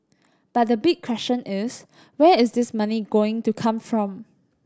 but the big question is where is this money going to come from